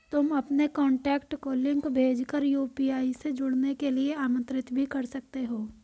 तुम अपने कॉन्टैक्ट को लिंक भेज कर यू.पी.आई से जुड़ने के लिए आमंत्रित भी कर सकते हो